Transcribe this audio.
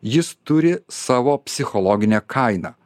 jis turi savo psichologinę kainą